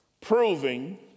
proving